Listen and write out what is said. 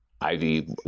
Ivy